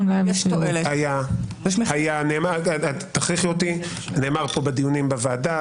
נאמר בדיונים בוועדה,